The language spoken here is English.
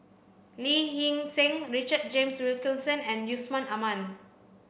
Lee Hee Seng Richard James Wilkinson and Yusman Aman